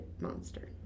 monster